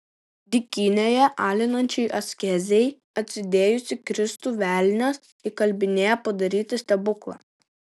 dykynėje alinančiai askezei atsidėjusį kristų velnias įkalbinėja padaryti stebuklą